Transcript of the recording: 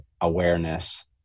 awareness